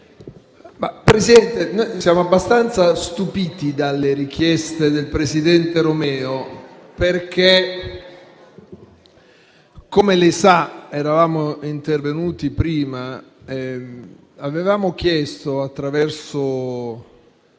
Presidente, siamo abbastanza stupiti delle richieste del presidente Romeo, perché, come sa, eravamo intervenuti prima e avevamo chiesto al